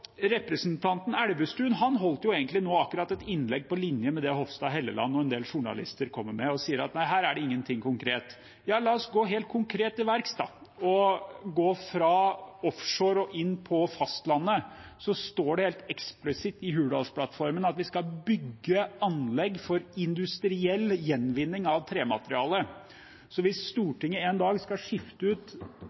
Representanten Elvestuen holdt akkurat nå egentlig et innlegg på linje med det Hofstad Helleland og en del journalister kommer med, og sier at her er det ingenting konkret. Vel, la oss da gå helt konkret til verks og gå fra offshore og inn på fastlandet. I Hurdalsplattformen står det helt eksplisitt at vi skal bygge anlegg for industriell gjenvinning av tremateriale. Så hvis Stortinget en dag skal skifte ut